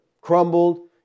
crumbled